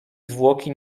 zwłoki